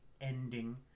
ending